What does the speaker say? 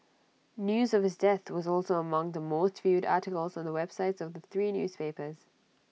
news of his death was also among the most viewed articles on the websites of the three newspapers